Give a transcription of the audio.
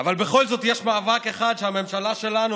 אבל בכל זאת יש מאבק אחד שהממשלה שלנו,